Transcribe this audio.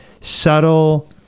subtle